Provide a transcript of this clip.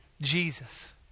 Jesus